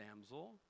damsel